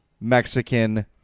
Mexican